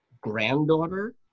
granddaughter